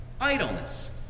Idleness